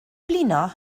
blino